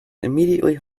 immediately